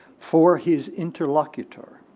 for his interlocutor,